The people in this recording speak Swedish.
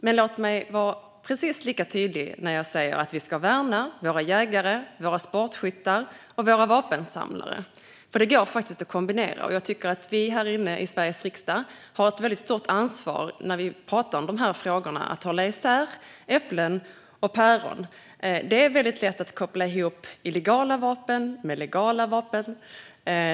Men låt mig vara precis lika tydlig med att vi ska värna våra jägare, sportskyttar och vapensamlare. Det går faktiskt att kombinera. När vi i Sveriges riksdag pratar om de här frågorna har vi ett stort ansvar för att hålla isär äpplen och päron. Det är lätt att koppla ihop illegala vapen med legala vapen.